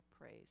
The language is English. praise